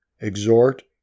Exhort